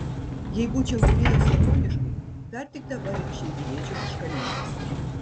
jei būčiau mokėjęs japoniškai dar tik dabar išeidinėčiau iš kaliūzės